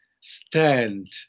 stand